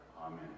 Amen